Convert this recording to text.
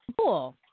cool